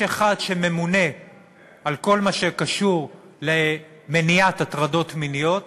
אחד שממונה על כל מה שקשור למניעת הטרדות מיניות,